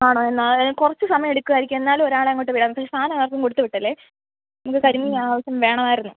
ആണോ എന്നാൽ കുറച്ച് സമയം എടുക്കുമായിരിക്കും എന്നാലും ഒരാളെ അങ്ങോട്ട് വിടാം സാധനം ആർക്കും കൊടുത്തുവയ്ക്കല്ലേ കരിമീൻ ഞങ്ങൾക്ക് വേണമായിരുന്നു